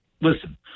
listen